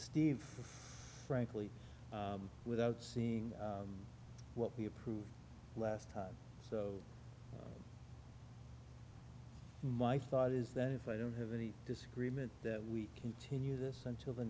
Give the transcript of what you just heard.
steve frankly without seeing what we approved last time so my thought is that if i don't have any disagreement that we continue this until the